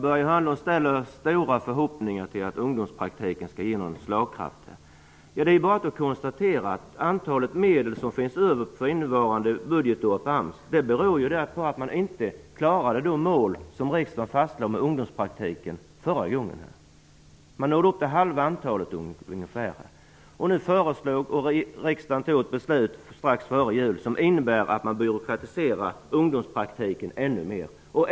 Börje Hörnlund ställer stora förhoppningar till att ungdomspraktiken skall vara slagkraftig. Det är bara att konstatera att det för innevarande budgetår finns medel över på AMS anslag därför att man inte klarade av att nå upp till de mål som riksdagen lade fast för ungdomspraktiken. Man nådde upp till ungefär halva antalet. Riksdagen fattade ett beslut strax före jul som innebär att ungdomspraktiken byråkratiseras ännu mer.